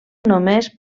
només